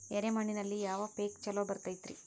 ಎರೆ ಮಣ್ಣಿನಲ್ಲಿ ಯಾವ ಪೇಕ್ ಛಲೋ ಬರತೈತ್ರಿ?